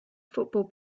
football